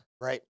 Right